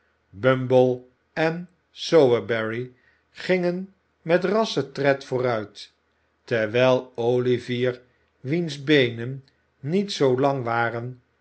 bumble en sowerberry gingen met rasschen tred vooruit terwijl olivier wiens beenen niet zoo lang waren